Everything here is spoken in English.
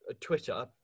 Twitter